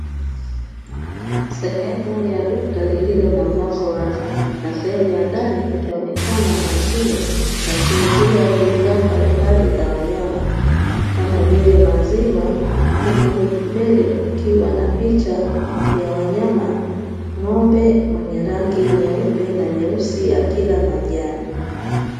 Sehemu ya duka lililo na mlango wazi na sehemu ya ndani ikionekana mashine ya kuuzia bidhaa mbalimbali za wanyama, kama vile maziwa huku mbele kukiwa na picha ya wanyama ng'ombe mwenye rangi nyeupe na nyeusi akila majani.